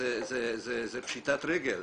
זה פשיטת רגל.